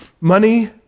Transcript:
money